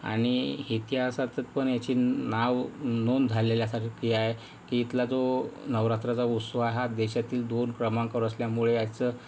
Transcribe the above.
आणि इतिहासात पण ह्याची नाव नोंद झालेल्यासारखी आहे की इथला जो नवरात्राचा उत्सव आहे हा देशातील दोन क्रमांकावर असल्यामुळे ह्याचं